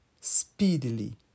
speedily